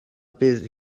bydd